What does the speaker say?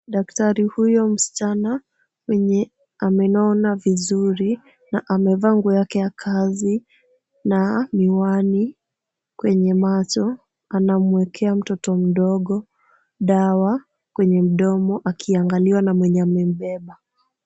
Daktari huyo msichana mwenye amenona vizuri na amevaa nguo yake ya kazi na miwani kwenye macho anamwekea mtoto mdogo dawa mdomoni akiangaliwa na mwenye amembeba.